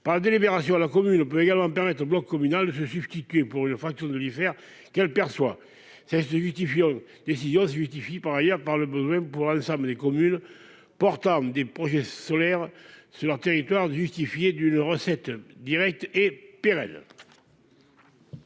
par délibération la commune ne peut également permettre au bloc communal se substituer pour une facture de l'hiver qu'elle perçoit cessent de justifiant la décision se justifie par ailleurs par le besoin pour l'ensemble des communes portant des projets solaires sur leur territoire de justifier d'une recette directe et pérenne.--